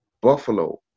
Buffalo